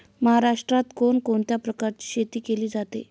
महाराष्ट्रात कोण कोणत्या प्रकारची शेती केली जाते?